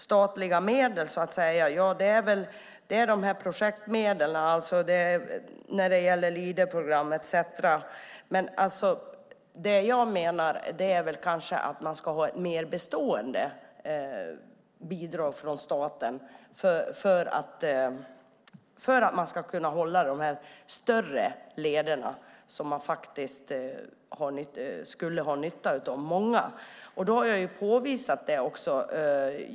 Statliga medel är projektmedel, men det jag menar är mer bestående bidrag från staten för att upprätthålla de större lederna, som många skulle kunna ha nytta av. Det är påvisat.